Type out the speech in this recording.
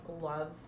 love